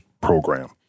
program